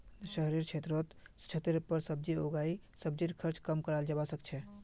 शहरेर क्षेत्रत छतेर पर सब्जी उगई सब्जीर खर्च कम कराल जबा सके छै